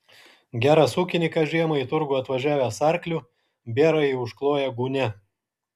geras ūkininkas žiemą į turgų atvažiavęs arkliu bėrąjį užkloja gūnia